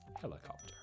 Helicopter